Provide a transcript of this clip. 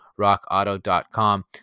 rockauto.com